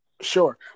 Sure